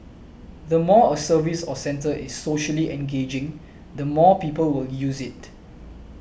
the more a service or centre is socially engaging the more people will use it